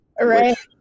right